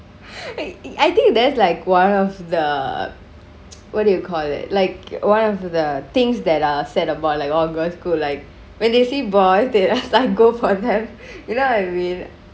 I think that's like one of the what do you call it like one of the thingks that are sad about like all girls school like when they see boys they will start go for them you know what I mean